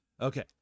Okay